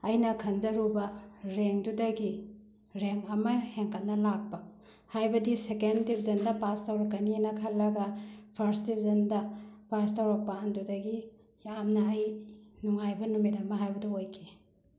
ꯑꯩꯅ ꯈꯟꯖꯔꯨꯕ ꯔꯦꯡꯗꯨꯗꯒꯤ ꯔꯦꯡ ꯑꯃ ꯍꯦꯟꯀꯠꯅ ꯂꯥꯛꯄ ꯍꯥꯏꯕꯗꯤ ꯁꯦꯀꯦꯟ ꯗꯤꯕꯤꯖꯟꯗ ꯄꯥꯁ ꯇꯧꯔꯛꯀꯅꯦꯅ ꯈꯜꯂꯒ ꯐꯥꯔꯁ ꯗꯤꯕꯤꯖꯟꯗ ꯄꯥꯁ ꯇꯧꯔꯛꯄ ꯑꯗꯨꯗꯒꯤ ꯌꯥꯝꯅ ꯑꯩ ꯅꯨꯡꯉꯥꯏꯕ ꯅꯨꯃꯤꯠ ꯑꯃ ꯍꯥꯏꯕꯗꯣ ꯑꯣꯏꯈꯤ